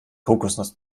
kokosnuss